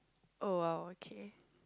oh !wow! okay